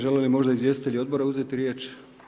Žele li možda izvjestitelji odbora uzeti riječ?